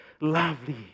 lovely